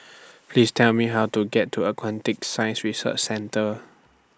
Please Tell Me How to get to Aquatic Science Research Centre